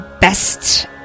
best